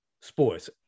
Sports